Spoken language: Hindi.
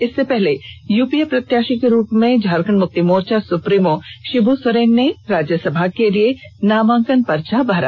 इससे पहले यूपीए प्रत्याषी के रूप में झारखंड मुक्ति मोर्चा सुप्रीमो षिब्र सोरेन ने राज्यसभा के लिए नामांकन पर्चा भरा